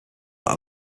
that